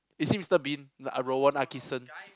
is it Mister-Bean Rowan-Atkinson